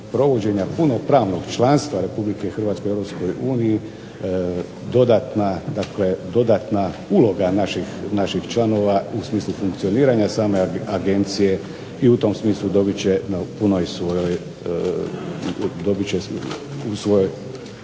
punog pravnog članstva Republike Hrvatske u Europskoj uniji dodatna, dakle dodatna uloga naših članova u smislu funkcioniranja same agencije i u tom smislu dobit će na punoj svojoj,